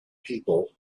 people